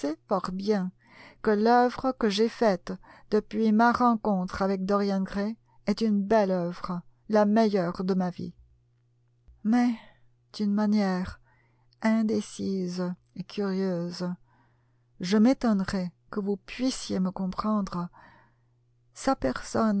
fort bien que l'œuvre que j'ai faite depuis ma rencontre avec dorian gray est une belle œuvre la meilleure de ma vie mais d'une manière indécise et curieuse je m'étonnerais que vous puissiez me comprendre sa personne